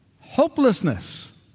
hopelessness